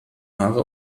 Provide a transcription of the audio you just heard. haare